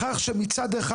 בכך שמצד אחד,